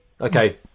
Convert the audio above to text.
Okay